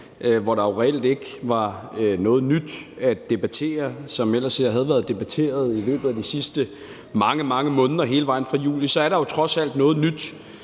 hvor der jo reelt ikke var noget nyt at debattere, og som ellers havde været debatteret her i løbet af de sidste mange, mange måneder hele vejen fra juli, så er der jo trods alt noget nyt